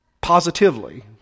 positively